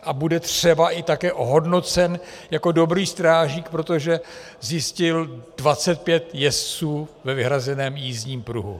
A bude třeba i také ohodnocen jako dobrý strážník, protože zjistil 25 jezdců ve vyhrazeném jízdním pruhu.